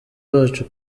bacu